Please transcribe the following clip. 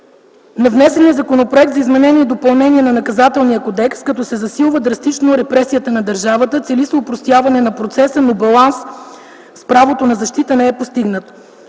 на внесения Законопроект за изменение и допълнение на Наказателния кодекс, като се засилва драстично репресията на държавата. Цели се опростяване на процеса, но баланс с правото на защита не е постигнат.